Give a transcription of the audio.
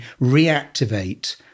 reactivate